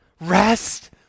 rest